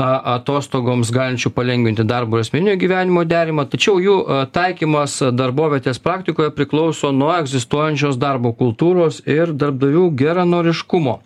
atostogoms galinčių palengvinti darbo ir asmeninio gyvenimo derinimą tačiau jų taikymas darbovietės praktikoje priklauso nuo egzistuojančios darbo kultūros ir darbdavių geranoriškumo